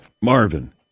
Marvin